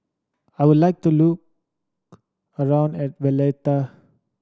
I would like to look around and Valletta